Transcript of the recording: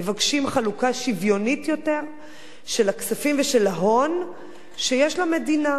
מבקשים חלוקה שוויונית יותר של הכספים ושל ההון שיש למדינה.